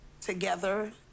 together